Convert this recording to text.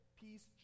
peace